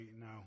no